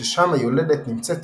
ששם היולדת נמצאת